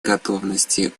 готовности